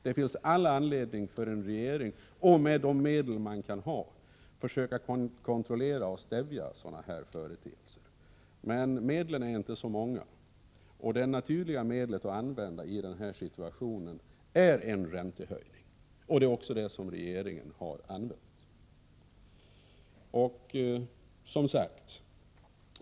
Det finns all anledning för regeringen att med de medel den kan ha försöka kontrollera och stävja sådana företeelser. Men medlen är inte så många, och det naturliga medlet att använda i den här situationen är en räntehöjning. Det är också det som regeringen nu har använt.